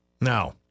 Now